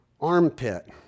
armpit